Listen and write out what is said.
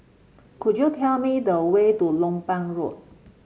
could you tell me the way to Lompang Road